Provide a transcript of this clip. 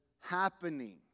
happening